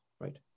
right